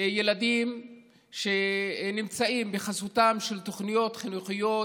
ילדים שנמצאים בחסותן של תוכניות חינוכיות